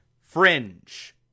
Fringe